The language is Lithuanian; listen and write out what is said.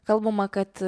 kalbama kad